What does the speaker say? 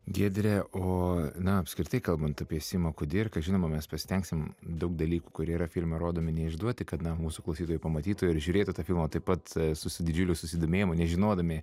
giedre o na apskritai kalbant apie simą kudirką žinoma mes pasistengsim daug dalykų kurie yra filme rodomi neišduoti kad na mūsų klausytojai pamatytų ir žiūrėtų tą filmą taip pat su didžiuliu susidomėjimu nežinodami